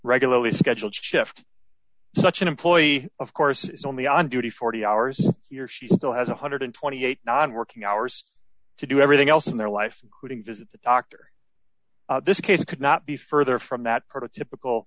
regularly scheduled shift such an employee of course is only on duty forty hours he or she still has one hundred and twenty eight non working hours to do everything else in their life quitting visit the doctor this case could not be further from that prototypical